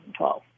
2012